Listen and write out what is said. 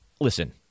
Listen